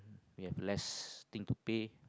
you have less thing to pay